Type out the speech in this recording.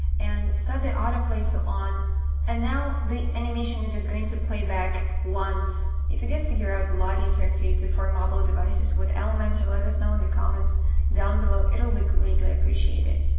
and set the autoplay to on and now the animation is just going to playback once if you guys figured out lottie interactivity for mobile devices with elementor let us know in the comments down below it'll be greatly appreciated!